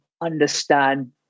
understand